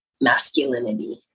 masculinity